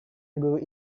guru